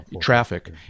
traffic